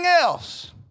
else